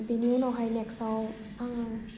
बेनि उनावहाय नेक्स्टआव आङो